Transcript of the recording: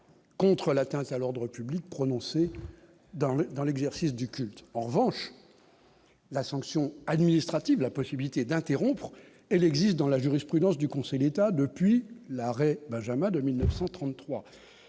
contre l'atteinte à l'ordre public, prononcée dans le dans l'exercice du culte en revanche la sanction administrative, la possibilité d'interrompre, elle existe dans la jurisprudence du Conseil d'État depuis l'arrêt Benjamin de 1933